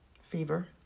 fever